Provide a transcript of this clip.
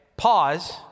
pause